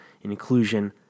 inclusion